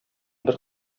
бер